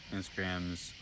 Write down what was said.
Instagram's